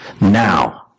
Now